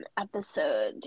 episode